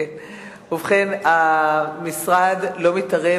ובכן, המשרד לא מתערב.